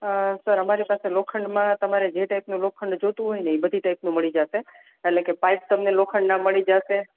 અ sir અમારી પાસે લોખંડમાં તમારે જે ટાઈપનું લોખંડ જોતું હોય એ બધી ટાઈપનું મળી જશે એટલે કે પાઇપ તમને લોખંડના મળી જશે